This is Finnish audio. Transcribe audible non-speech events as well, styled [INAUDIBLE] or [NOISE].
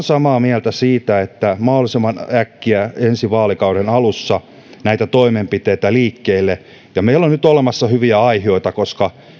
[UNINTELLIGIBLE] samaa mieltä siitä että mahdollisimman äkkiä ensi vaalikauden alussa näitä toimenpiteitä liikkeelle meillä on nyt olemassa hyviä aihioita koska